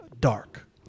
Dark